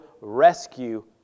rescue